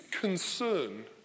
concern